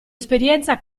esperienza